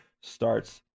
starts